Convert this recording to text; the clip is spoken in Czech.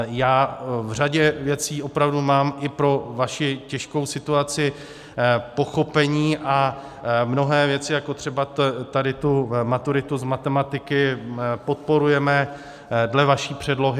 Já v řadě věcí opravdu mám i pro vaši těžkou situaci pochopení a mnohé věci, jako třeba tu maturitu z matematiky, podporujeme dle vaší předlohy.